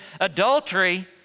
adultery